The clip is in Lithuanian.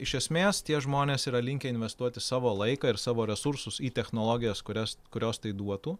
iš esmės tie žmonės yra linkę investuoti savo laiką ir savo resursus į technologijas kurias kurios tai duotų